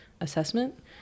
assessment